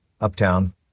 Uptown